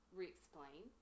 re-explain